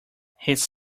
his